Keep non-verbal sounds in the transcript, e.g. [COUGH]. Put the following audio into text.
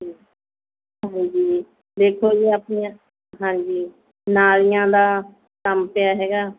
[UNINTELLIGIBLE] ਹਾਂਜੀ ਵੇਖੋ ਜੀ ਆਪਣੀਆਂ ਹਾਂਜੀ ਨਾਲੀਆਂ ਦਾ ਕੰਮ ਪਿਆ ਹੈਗਾ